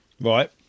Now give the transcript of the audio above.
Right